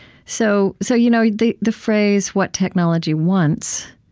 so so you know the the phrase what technology wants,